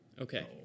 Okay